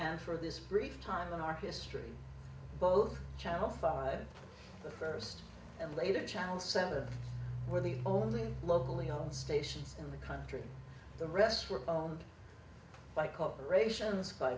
and for this brief time in our history both channel five the first and later challenge center were the only locally owned stations in the country the rest were owned by corporations